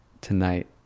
tonight